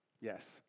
Yes